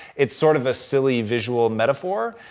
it's sort of a silly visual metaphor,